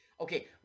Okay